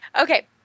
Okay